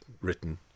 written